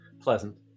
pleasant